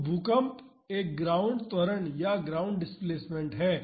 तो भूकंप एक ग्राउंड त्वरण या ग्राउंड डिस्प्लेसमेंट है